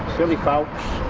billy foulkes,